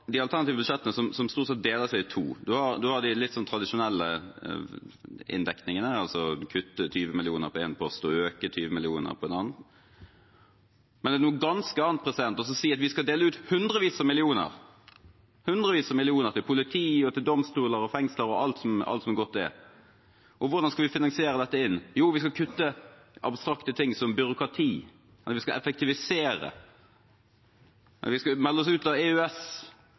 de litt tradisjonelle inndekningene, altså å kutte 20 mill. kr på én post og øke med 20 mill. kr på en annen. Men det er noe ganske annet å si at vi skal dele ut hundrevis av millioner – hundrevis av millioner – til politi, domstoler og fengsler og alt som godt er. Hvordan skal vi finansiere dette? Jo, vi skal kutte i abstrakte ting som byråkrati. Vi skal effektivisere. Vi skal melde oss ut av EØS.